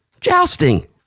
Jousting